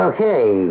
Okay